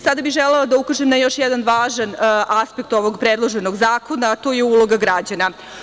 Sada bih želela da ukažem na još jedan važan aspekt ovog predloženog zakona, a to je uloga građana.